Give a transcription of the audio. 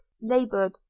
laboured